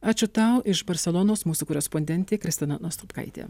ačiū tau iš barselonos mūsų korespondentė kristina nastopkaitė